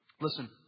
Listen